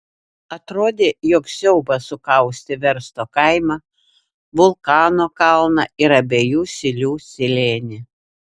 atrodė jog siaubas sukaustė versto kaimą vulkano kalną ir abiejų silių slėnį